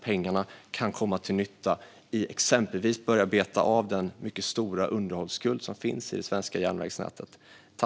Pengarna kan i stället komma till nytta genom att man exempelvis börjar beta av den mycket stora underhållsskuld som finns i det svenska järnvägsnätet.